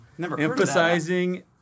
emphasizing